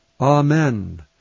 Amen